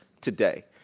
today